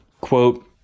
quote